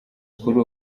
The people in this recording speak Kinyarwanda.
kuri